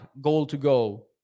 goal-to-go